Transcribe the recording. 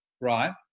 right